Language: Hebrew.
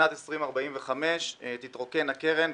ובשנת 2045 תתרוקן הקרן,